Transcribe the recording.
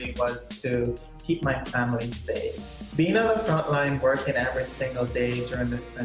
was to keep my family safe being on the front lines working every single day during this and